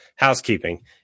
Housekeeping